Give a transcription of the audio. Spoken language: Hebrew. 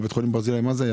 בברזילי ואז לא היה